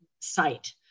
site